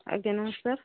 ଆଜ୍ଞା ନମସ୍କାର